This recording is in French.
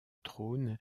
trônes